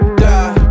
die